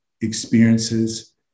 experiences